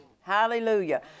Hallelujah